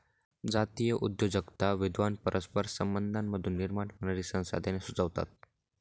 जातीय उद्योजकता विद्वान परस्पर संबंधांमधून निर्माण होणारी संसाधने सुचवतात